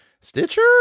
Stitcher